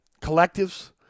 collectives